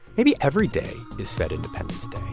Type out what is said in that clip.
maybe every day is fed independence day.